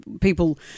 people